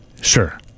Sure